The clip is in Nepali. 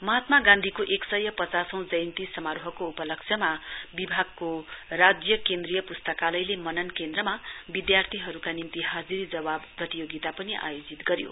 महात्मा गान्धीको एकसय पचासौं जयन्ती समारोहको उपलक्ष्यमा विभागको राज्य केन्द्रीय प्स्ताकलयले मनन केन्द्रमा विद्यार्थीहरूका निम्ति हाजिरी जवाफ प्रतियोगिता आयोजित गर्यो